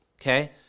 okay